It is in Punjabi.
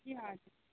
ਜੀ ਆ ਜਿਓ